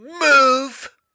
move